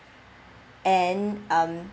and um